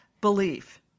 belief